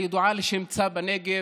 הידועה לשמצה בנגב,